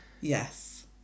Yes